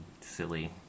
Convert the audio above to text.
silly